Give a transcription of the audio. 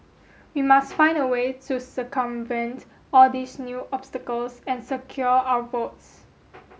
we must find a way to circumvent all these new obstacles and secure our votes